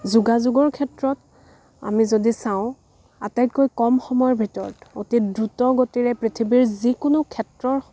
যোগাযোগৰ ক্ষেত্ৰত আমি যদি চাওঁ আটাইতকৈ কম সময়ৰ ভিতৰত অতি দ্ৰুত গতিৰে পৃথিৱীৰ যিকোনো ক্ষেত্ৰৰ